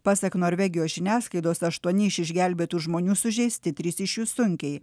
pasak norvegijos žiniasklaidos aštuoni iš išgelbėtų žmonių sužeisti trys iš jų sunkiai